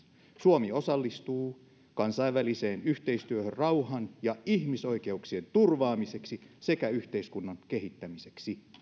suomi osallistuu kansainväliseen yhteistyöhön rauhan ja ihmisoikeuksien turvaamiseksi sekä yhteiskunnan kehittämiseksi